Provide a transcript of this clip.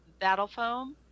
BattleFoam